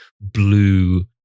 blue